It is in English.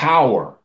power